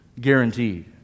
Guaranteed